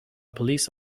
police